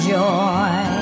joy